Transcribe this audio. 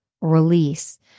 release